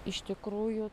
iš tikrųjų